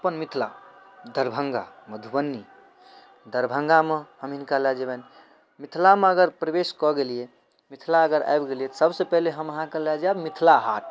अपन मिथिला दरभङ्गा मधुबनी दरभङ्गामे हम हिनका लऽ जेबनि मिथिलामे अगर प्रवेश कऽ गेलिए मिथिला अगर आबि गेलिए तऽ सबसँ पहिले हम अहाँके लऽ जाएब मिथिला हाट